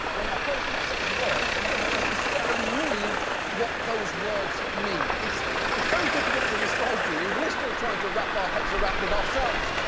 when our president says words, he doesn't necessarily mean what those words mean. it's it's very difficult to describe to you, we're still trying to wrap our heads around it ourselves.